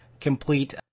complete